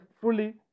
fully